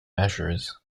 measures